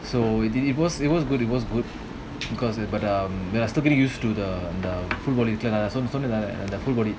so it it it was good it was good because it but um ya I'm still getting used to the the full body cla~ some something the full body